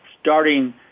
starting